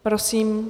Prosím.